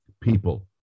people